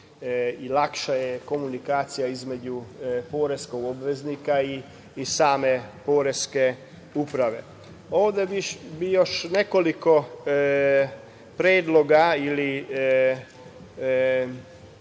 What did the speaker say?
i lakša je komunikacija između poreskog obveznika i same Poreske uprave. Ovde bih još nekoliko predloga ili